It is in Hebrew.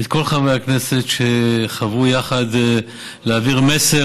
את כל חברי הכנסת שחברו יחד להעביר מסר